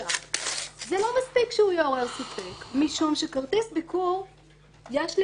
זה לא מספיק שהוא יעורר ספק משום שכרטיס ביקור יש לי